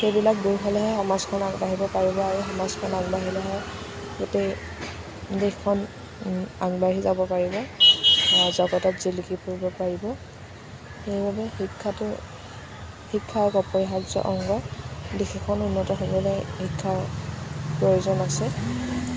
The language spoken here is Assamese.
সেইবিলাক দূৰ হ'লেহে সমাজখন আগবাঢ়িব পাৰিব আৰু সমাজখন আগবাঢ়িলেহে গোটেই দেশখন আগবাঢ়ি যাব পাৰিব জগতত জিলিকি পৰিব পাৰিব সেইবাবে শিক্ষাটো শিক্ষা এক অপৰিহাৰ্য্য অংগ দেশ এখন উন্নত হ'বৰ বাবে শিক্ষাৰ প্ৰয়োজন আছে